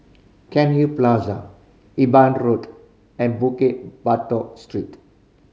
Cairnhill Plaza Imbiah Road and Bukit Batok Street